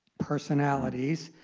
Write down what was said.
personalities